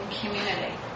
community